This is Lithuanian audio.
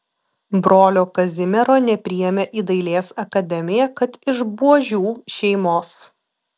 brolio kazimiero nepriėmė į dailės akademiją kad iš buožių šeimos